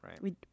right